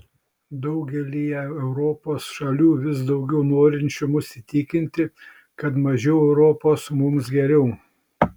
daugelyje europos šalių vis daugėja norinčių mus įtikinti kad mažiau europos mums geriau